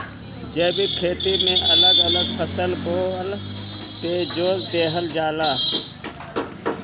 जैविक खेती में अलग अलग फसल बोअला पे जोर देहल जाला